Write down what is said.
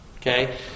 Okay